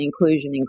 inclusion